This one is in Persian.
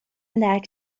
درک